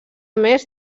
més